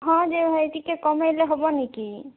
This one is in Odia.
ହଁ ଯେ ଭାଇ ଟିକେ କମେଇଲେ ହବନି କି